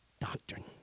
doctrine